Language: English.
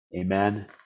amen